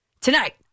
tonight